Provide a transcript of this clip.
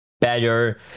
better